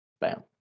bam